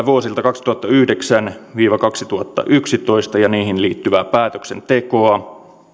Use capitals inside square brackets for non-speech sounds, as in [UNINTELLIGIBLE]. [UNINTELLIGIBLE] vuosilta kaksituhattayhdeksän viiva kaksituhattayksitoista ja niihin liittyvää päätöksentekoa